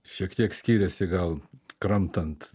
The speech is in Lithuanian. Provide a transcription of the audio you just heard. šiek tiek skiriasi gal kramtant